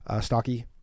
Stocky